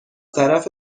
طرف